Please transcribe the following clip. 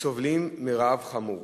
סובלים מרעב חמור